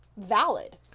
valid